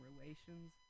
relations